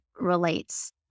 relates